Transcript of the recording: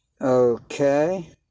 okay